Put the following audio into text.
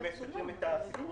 אני השתלבתי בקהילה